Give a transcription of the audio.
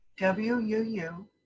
wuu